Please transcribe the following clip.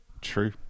True